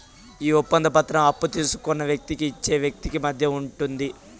ఈ ఒప్పంద పత్రం అప్పు తీసుకున్న వ్యక్తికి ఇచ్చే వ్యక్తికి మధ్య ఉంటుంది